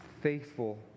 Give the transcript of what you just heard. faithful